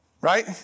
right